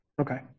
Okay